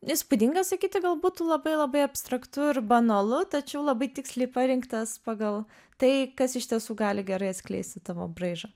įspūdingas sakyti gal būtų labai labai abstraktu ir banalu tačiau labai tiksliai parinktas pagal tai kas iš tiesų gali gerai atskleisti tavo braižą